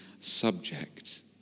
subject